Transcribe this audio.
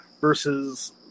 versus